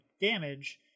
damage